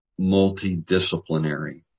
multidisciplinary